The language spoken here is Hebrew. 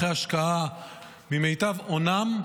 אחרי השקעה ממיטב הונם,